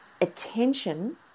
attention